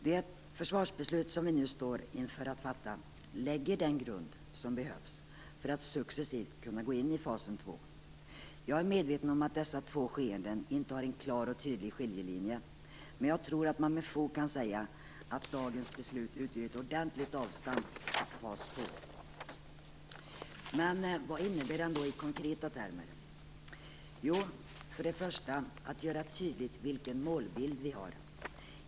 Det försvarsbeslutet vi nu står inför att fatta, lägger den grund som behövs för att successivt gå in i fas två. Jag är medveten om att dessa två skeenden inte har en klar och tydlig skiljelinje, men jag tror att man med fog kan säga att dagens beslut utgör ett ordentligt avstamp för fas två. Vad innebär då detta i konkreta termer? Först och främst kan vi göra tydligt vilken målbild vi har.